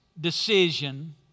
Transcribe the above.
decision